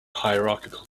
hierarchical